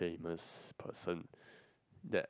famous person that